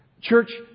church